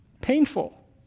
painful